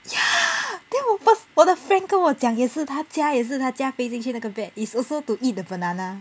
ya then 我 pers~ then 我 friend 跟我讲也是她家也是他家飞进去那个 bat is also to eat the banana